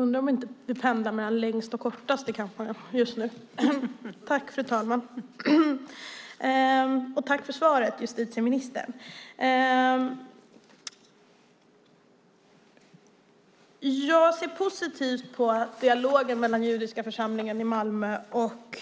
Fru talman! Tack för svaret, justitieministern! Jag ser positivt på att dialogen mellan judiska församlingen i Malmö och